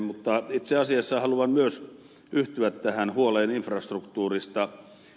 mutta itse asiassa haluan myös yhtyä tähän huoleen infrastruktuurista